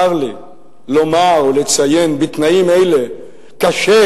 צר לי לומר ולציין: בתנאים אלה קשה,